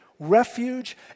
Refuge